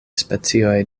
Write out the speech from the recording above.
specioj